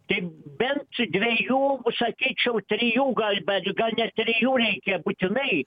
tai bent dviejų sakyčiau trijų gal bet gal net trijų reikia būtinai